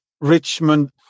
Richmond